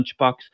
lunchbox